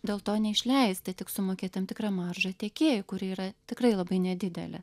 dėl to neišleisti tik sumokėt tam tikra marža tiekėjui kuri yra tikrai labai nedidelė